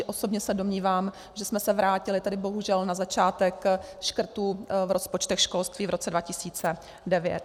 Osobně se domnívám, že jsme se vrátili, tedy bohužel, na začátek škrtů v rozpočtech školství v roce 2009.